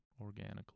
organically